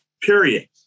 period